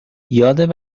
یاد